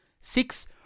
Six